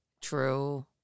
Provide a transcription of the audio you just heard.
True